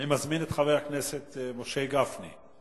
אני מזמין את חבר הכנסת משה גפני.